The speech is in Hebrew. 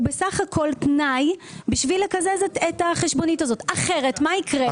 הוא בסך הכול תנאי בשביל לקזז את החשבונית הזאת כי אחרת מה יקרה?